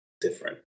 different